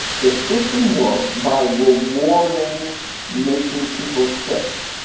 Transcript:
the system works by rewarding making people sick.